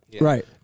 right